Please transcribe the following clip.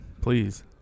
please